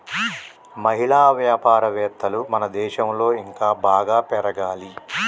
మహిళా వ్యాపారవేత్తలు మన దేశంలో ఇంకా బాగా పెరగాలి